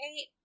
eight